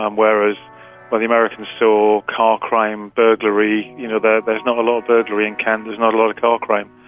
um whereas but the americans saw car crime, burglary, you know, there's not a lot of burglary in kent, there's not a lot of car crime.